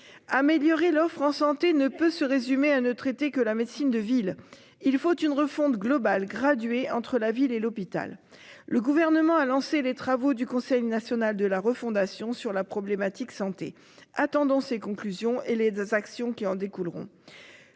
Améliorer l'offre en santé ne peut se résumer à ne traiter que la médecine de ville, il faut une refonte globale graduée entre la ville et l'hôpital. Le gouvernement a lancé les travaux du Conseil national de la refondation sur la problématique santé attendons ses conclusions et les 2 actions qui en découleront.